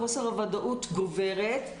חוסר הוודאות גוברת.